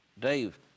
Dave